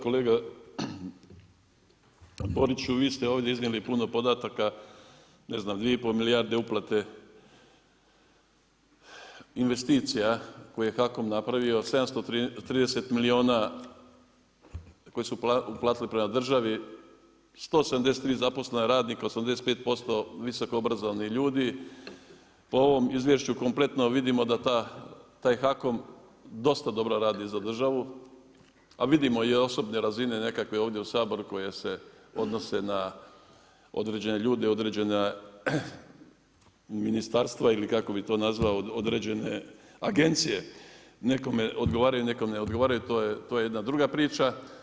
Kolega Boriću vi ste ovdje iznijeli puno podataka ne znam 2,5 milijarde uplate investicija koje je HAKOM napravio, 730 milijuna koje su uplatili prema državi, 173 zaposlena radnika, 85% visokoobrazovanih ljudi, po ovom izvješću kompletno vidimo da taj HAKOM dosta dobro radi za državu a vidimo i osobne razine nekakve ovdje u Saboru koje se odnose na određene ljude i određena ministarstva ili kako bi to nazvao određene agencije, nekome odgovaraju, nekom ne odgovaraju, to je jedna druga priča.